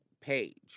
Page